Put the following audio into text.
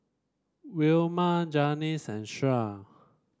Wilma Janis and Shirl